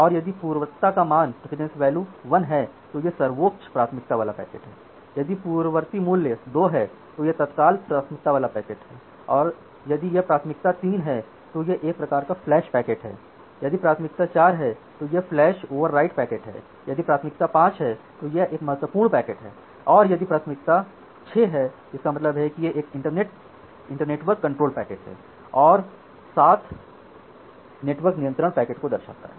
और यदि पूर्वता का मान 1 है तो यह सर्वोच्च प्राथमिकता वाला पैकेट है यदि पूर्ववर्ती मूल्य 2 है तो यह तत्काल प्राथमिकता वाला पैकेट है यदि यह प्राथमिकता 3 है तो यह एक प्रकार का फ्लैश पैकेट है यदि प्राथमिकता 4 है तो यह फ़्लैश ओवरराइड पैकेट है यदि प्राथमिकता 5 है तो यह एक महत्वपूर्ण पैकेट है प्राथमिकता 6 इंटरनेटवर्क कंट्रोल पैकेट है और 7 नेटवर्क नियंत्रण पैकेट है